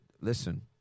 Listen